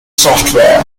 software